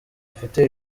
bafite